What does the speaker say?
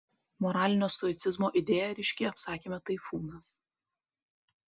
moralinio stoicizmo idėja ryški apsakyme taifūnas